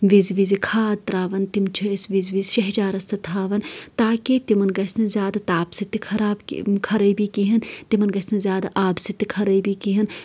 وِزِ وِزِ کھاد ترٛاوان تِم چھِ أسۍ وِزِ وِزِ شہجارَس تہِ تھَوان تاکہِ تِمَن گژھِ نہٕ زیادٕ تاپہٕ سۭتی تہِ خراب کہ خرٲبی کِہیٖنۍ تِمَن گژھِ نہٕ زیادٕ آبہٕ سۭتۍ تہِ خرٲبی کِہیٖنۍ